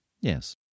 Yes